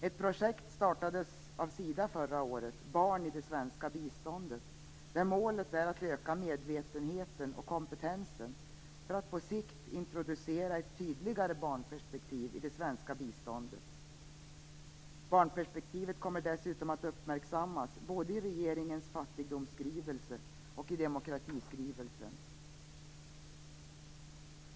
Ett projekt startades av Sida förra året, Barn i det svenska biståndet, där målet är att öka medvetenheten och kompetensen för att på sikt introducera ett tydligare barnperspektiv i det svenska biståndet. Barnperspektivet kommer dessutom att uppmärksammas både i regeringens fattigdomsskrivelse och i demokratiskrivelsen.